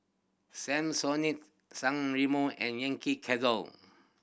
Samsonite San Remo and Yankee Candle